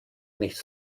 nichts